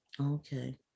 Okay